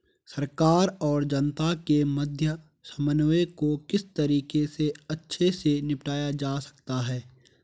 सरकार और जनता के मध्य समन्वय को किस तरीके से अच्छे से निपटाया जा सकता है?